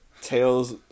tails